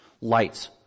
lights